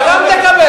אתה גם תקבל.